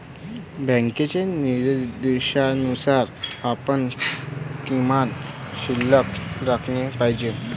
बँकेच्या निर्देशानुसार आपण किमान शिल्लक राखली पाहिजे